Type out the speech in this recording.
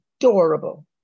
adorable